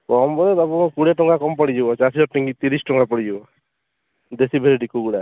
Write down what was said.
କମ୍ କରି କୋଡ଼ିଏ ଟଙ୍କା କମ୍ ପଡ଼ିଯିବ ଚାରି ଶହ ତିରିଶି ଟଙ୍କା ପଡ଼ିଯିବ ଦେଶୀ ଭେରାଇଟି କୁକୁଡ଼ା